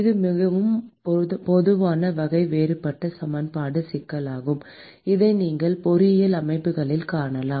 இது மிகவும் பொதுவான வகை வேறுபட்ட சமன்பாடு சிக்கலாகும் இதை நீங்கள் பல பொறியியல் அமைப்புகளில் காணலாம்